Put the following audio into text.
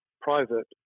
private